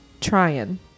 Trying